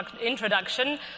introduction